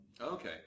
Okay